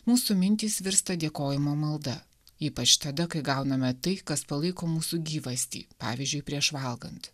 mūsų mintys virsta dėkojimo malda ypač tada kai gauname tai kas palaiko mūsų gyvastį pavyzdžiui prieš valgant